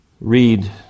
read